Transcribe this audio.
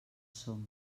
som